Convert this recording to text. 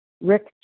Rick